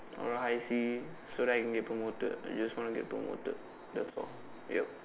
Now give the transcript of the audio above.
or a high C so that I can promoted I just want to get promoted that's all yep